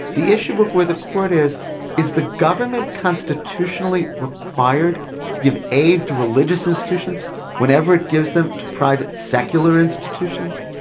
the issue before the court is is the government constitutionally required to give aid to religious institutions whenever it gives them to private secular institutions.